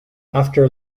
after